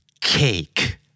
cake